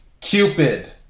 Cupid